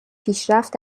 پیشرفت